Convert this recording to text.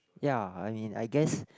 ya I mean I guess